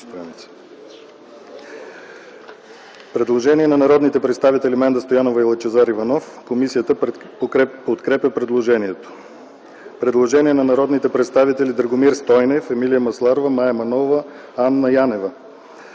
Предложение на народните представители Менда Стоянова и Лъчезар Иванов. Комисията подкрепя предложението. Предложение на народните представители Драгомир Стойнев, Емилия Масларова, Мая Манолова и Анна Янева: